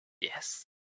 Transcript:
Yes